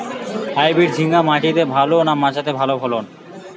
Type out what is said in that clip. Hybrid ঝিঙ্গা মাটিতে ভালো না মাচাতে ভালো ফলন?